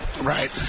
Right